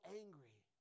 angry